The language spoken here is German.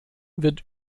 wird